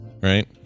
right